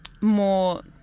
more